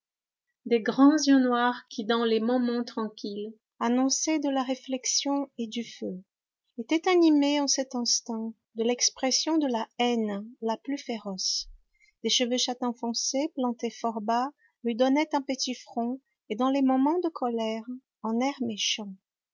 de grands yeux noirs qui dans les moments tranquilles annonçaient de la réflexion et du feu étaient animés en cet instant de l'expression de la haine la plus féroce des cheveux châtain foncé plantés fort bas lui donnaient un petit front et dans les moments de colère un air méchant